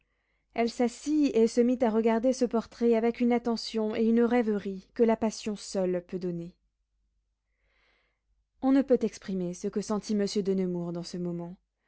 elle s'assit et se mit à regarder ce portrait avec une attention et une rêverie que la passion seule peut donner on ne peut exprimer ce que sentit monsieur de nemours dans ce moment